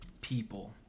people